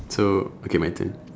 so okay my turn